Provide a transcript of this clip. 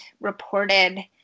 reported